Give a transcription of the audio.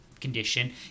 condition